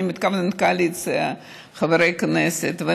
אני מתכוונת לחברי כנסת מהקואליציה,